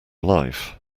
life